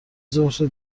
ظهر